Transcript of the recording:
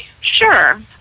Sure